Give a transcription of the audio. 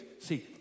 See